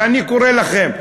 ואני קורא לכם,